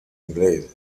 inglese